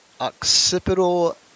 occipital